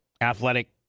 athletic